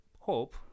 hope